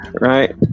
right